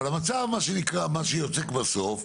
אבל המצב שיוצא בסוף,